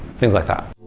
things like that